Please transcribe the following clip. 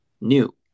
new